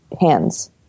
hands